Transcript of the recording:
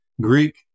Greek